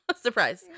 Surprise